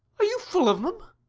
are you full of them?